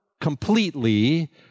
completely